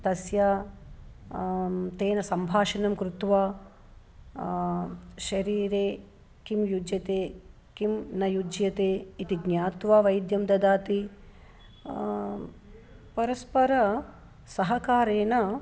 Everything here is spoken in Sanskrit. तस्य तेन सम्भाषणं कृत्वा शरीरे किं युज्यते किं न युज्यते इति ज्ञात्वा वैद्यं ददाति परस्पर सहकारेण